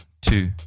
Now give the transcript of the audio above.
two